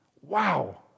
Wow